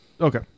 Okay